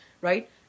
Right